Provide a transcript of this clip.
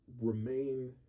remain